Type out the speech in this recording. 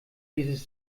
dieses